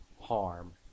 harm